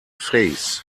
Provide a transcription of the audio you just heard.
face